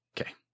okay